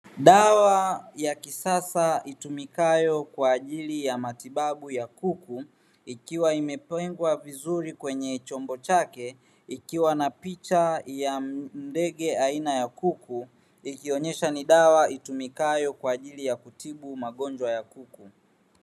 Dawa ya kisasa itumikayo kwa ajili ya matibabu ya kuku ikiwa imetengwa vizuri kwenye chombo chake ikiwa na picha ya ndege aina ya kuku, ikionyesha ni dawa itumikayo kwa ajili ya kutibu magonjwa ya kuku.